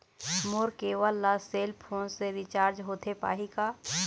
मोर cable ला cell phone से recharge होथे पाही का?